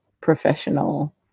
professional